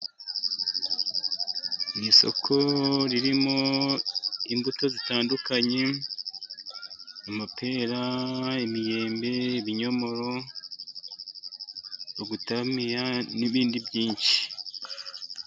Nii isoko ririmo imbuto zitandukanye, amapera, imyembe, ibinyomoro, gutamiya, n'ibindi byinshi.